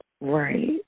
Right